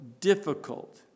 difficult